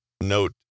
Note